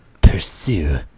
pursue